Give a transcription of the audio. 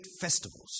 festivals